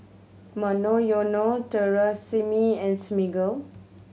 Monoyono Tresemme and Smiggle